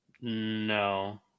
No